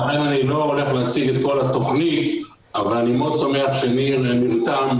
אני לא הולך להציג את כל התוכנית אבל אני מאוד שמח שניר נרתם,